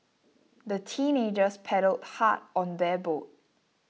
the teenagers paddled hard on their boat